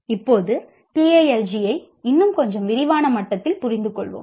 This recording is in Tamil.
இப்போது TALG ஐ இன்னும் கொஞ்சம் விரிவான மட்டத்தில் புரிந்துகொள்வோம்